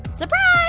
surprise